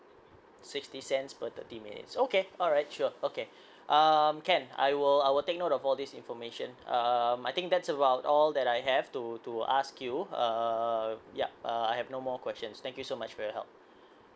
sixty cents per thirty minutes okay alright sure okay um can I will I will take note of all this information um I think that's about all that I have to to ask you uh yup uh I have no more questions thank you so much for your help